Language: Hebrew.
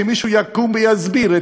שמישהו יקום ויסביר.